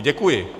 Děkuji.